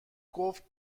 گفت